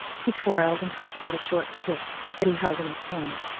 he twirled and twisted a short stick that he held in his hand,